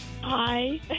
Hi